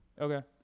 Okay